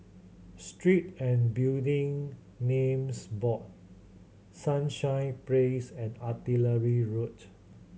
Street and Building Names Board Sunshine Place and Artillery Road